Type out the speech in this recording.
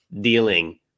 dealing